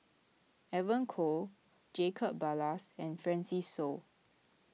Evon Kow Jacob Ballas and Francis Seow